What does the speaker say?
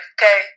okay